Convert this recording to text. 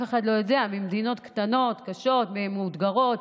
ממדינות קטנות, קשות ומאותגרות,